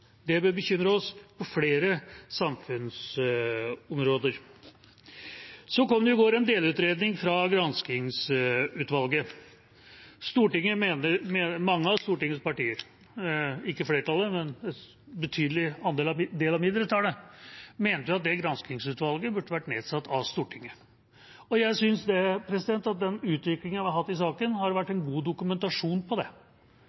på flere samfunnsområder. Så kom det i går en delutredning fra granskingsutvalget. Mange av Stortingets partier – ikke flertallet, men en betydelig del av mindretallet – mente at det granskingsutvalget burde vært nedsatt av Stortinget. Jeg synes at den utviklingen vi har hatt i saken, har vært en god dokumentasjon på det,